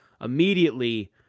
Immediately